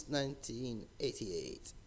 1988